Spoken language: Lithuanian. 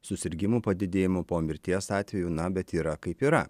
susirgimų padidėjimų po mirties atvejų na bet yra kaip yra